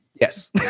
Yes